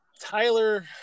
Tyler